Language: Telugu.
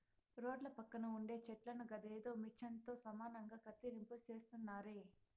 రోడ్ల పక్కన ఉండే చెట్లను గదేదో మిచన్ తో సమానంగా కత్తిరింపు చేస్తున్నారే